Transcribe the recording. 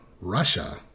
Russia